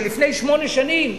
שלפני שמונה שנים,